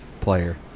player